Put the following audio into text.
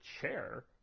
chair